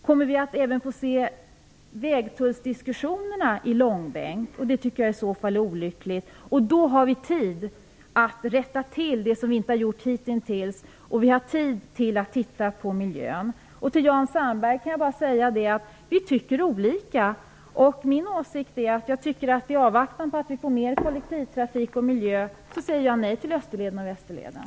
Kommer även vägtullsdiskussionerna att dras i långbänk? Det vore i så fall olyckligt. Nu har vi tid att göra det som vi inte har gjort hitintills och vi har tid att titta på miljön. Till Jan Sandberg kan jag bara säga att vi tycker olika. Min åsikt är att vi i avvaktan på utbyggd kollektivtrafik och ökade miljöhänsyn skall säga nej till Österleden och Västerleden.